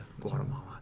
Guatemala